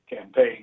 campaign